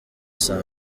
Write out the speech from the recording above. saa